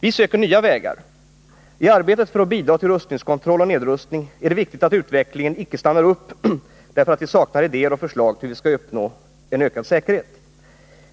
Vi söker nya vägar. I arbetet för att bidra till rustningskontroll och nedrustning är det viktigt att utvecklingen inte stannar upp därför att vi saknar idéer och förslag till hur vi skall uppnå en ökad säkerhet.